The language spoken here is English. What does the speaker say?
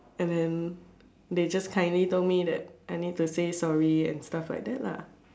and then they just kindly told me that I need to say sorry and stuff like that lah